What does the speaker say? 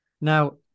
Now